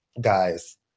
guys